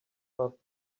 half